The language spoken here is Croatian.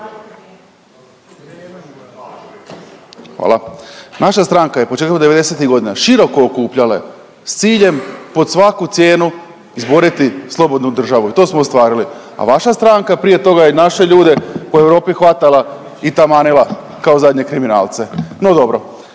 hvala. Naša stranka je početkom '90.-tih godina široko okupljale s ciljem pod svaku cijenu izboriti slobodnu državu i to smo ostvarili, a vaša stranka prije toga je naše ljude po Europi hvatala i tamanila kao zadnje kriminalce, no dobro.